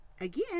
again